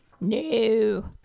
No